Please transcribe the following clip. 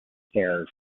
stairs